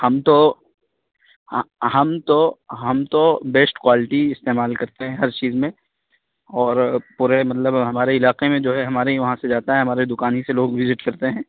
ہم تو ہم تو ہم تو بیسٹ کوالٹی استعمال کرتے ہیں ہر چیز میں اور پورے مطلب ہمارے علاقے میں جو ہے ہمارے ہی وہاں سے جاتا ہے ہمارے دکان ہی سے لوگ وزٹ کرتے ہیں